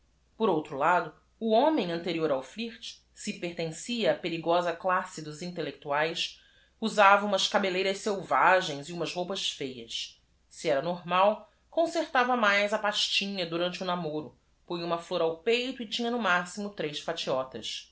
or outro lado o homem anter i o r ao l i r t se pertencia á perigosa classe dos intellectuaes usava umas cabelleiras selvagens e umas roupas feias se era normal concertava mais a pastinha durante o namoro punha uma flor ao peito e t i n h a no máximo tres fatiotas